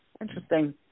interesting